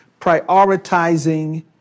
prioritizing